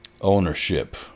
ownership